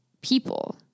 people